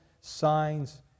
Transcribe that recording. signs